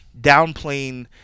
downplaying